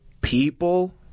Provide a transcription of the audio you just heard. people